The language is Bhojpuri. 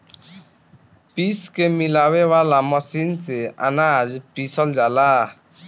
पीस के मिलावे वाला मशीन से अनाज पिसल जाला